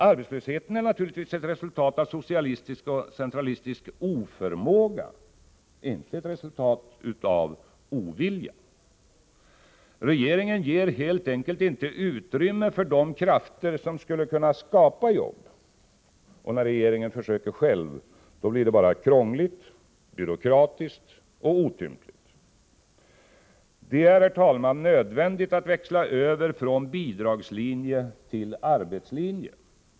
Arbetslösheten är naturligtvis ett resultat av socialistisk och centralistisk oförmåga och inte ett resultat av ovilja. Regeringen ger helt enkelt inte utrymme för de krafter som skulle kunna skapa jobb. Och när regeringen försöker själv blir det bara krångligt, byråkratiskt och otympligt. Det är, herr talman, nödvändigt att växla över från bidragslinje till arbetslinje.